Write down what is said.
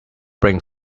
bring